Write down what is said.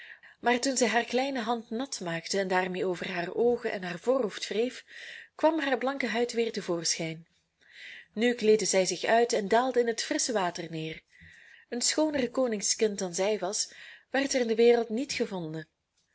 maar toen zij haar kleine hand nat maakte en daarmee over haar oogen en haar voorhoofd wreef kwam haar blanke huid weer te voorschijn nu kleedde zij zich uit en daalde in het frissche water neer een schooner koningskind dan zij was werd er in de wereld niet gevonden